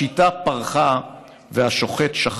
/ השמש זרחה, השיטה פרחה והשוחט שחט.